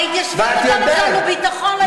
ההתיישבות נותנת לנו ביטחון היום.